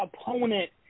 opponent